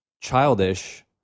childish